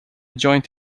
joint